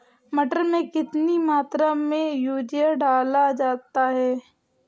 मटर में कितनी मात्रा में यूरिया डाला जाता है?